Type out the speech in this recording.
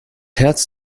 herz